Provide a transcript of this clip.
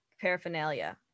paraphernalia